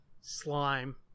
slime